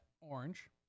orange